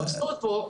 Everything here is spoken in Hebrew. האבסורד פה,